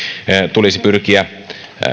tulisi pyrkiä